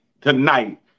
tonight